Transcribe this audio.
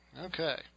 Okay